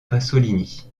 pasolini